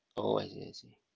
oh I see I see